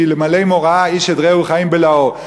שאלמלא מוראה איש את רעהו חיים בלעו".